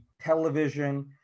television